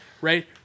right